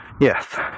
yes